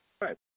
Right